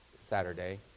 Saturday